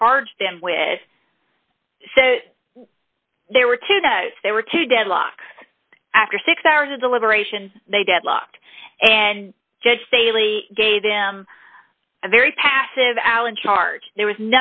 charged them with there were two that there were two deadlock after six hours of deliberation they deadlocked and judge daily gave them a very passive allen charge there was